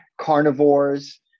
carnivores